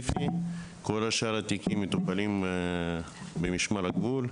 שאר התיקים מטופלים במשמר הגבול,